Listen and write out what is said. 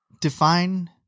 Define